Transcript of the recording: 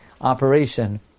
operation